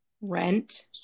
rent